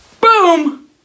Boom